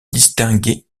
distinguaient